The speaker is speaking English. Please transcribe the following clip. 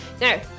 now